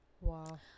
Wow